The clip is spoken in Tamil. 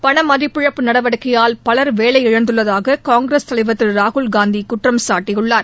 பணமதிப்பிழப்பு நடவடிக்கையால் பலர் வேலையிழந்துள்ளதாககாங்கிரஸ் தலைவர் திருராகுல் காந்திகுற்றம் சாட்டியுள்ளார்